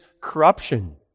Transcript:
corruption